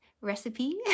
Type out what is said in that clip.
Recipe